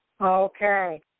Okay